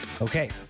Okay